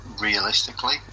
realistically